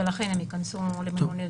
ולכן הם ייכנסו למלוניות.